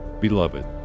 Beloved